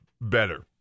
better